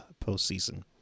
postseason